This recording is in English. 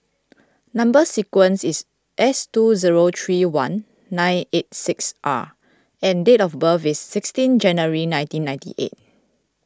Number Sequence is S two zero three one nine eight six R and date of birth is sixteen January one thousand nine hundred and ninety eight